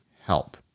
Help